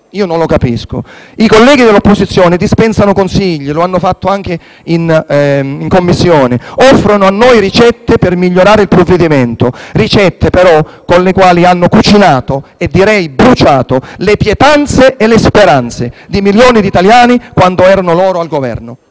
Io non lo capisco. I colleghi dell'opposizione dispensano consigli; lo hanno fatto anche in Commissione. Offrono a noi ricette per migliorare il provvedimento. Con queste ricette, però, hanno cucinato e - direi - bruciato le pietanze e le speranze di milioni di italiani quando erano loro al Governo.